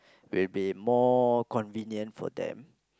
will be more convenient for them